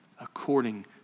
according